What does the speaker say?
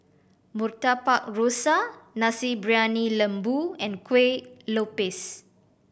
Murtabak Rusa Nasi Briyani Lembu and Kueh Lopes